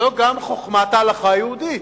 זו גם חוכמת ההלכה היהודית.